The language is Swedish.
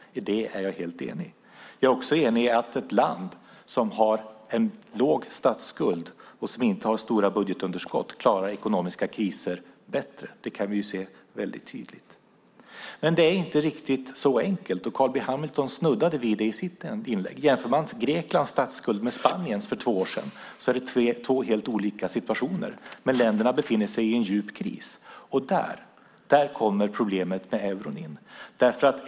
Det är vi eniga om. Jag är också enig med finansministern om att ett land som har en låg statsskuld och inte har stora budgetöverskott klarar ekonomiska kriser bättre. Det kan vi se tydligt. Det är inte riktigt så enkelt. Carl B Hamilton snuddade vid det i sitt inlägg. Om man jämför Greklands statsskuld med Spaniens för två år sedan finner man två helt olika situationer, men länderna befinner sig i en djup kris. Där kommer problemet med euron in.